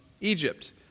Egypt